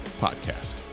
Podcast